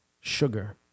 sugar